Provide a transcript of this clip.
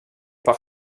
par